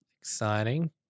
Exciting